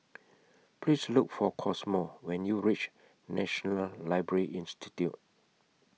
Please Look For Cosmo when YOU REACH National Library Institute